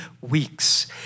weeks